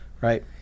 Right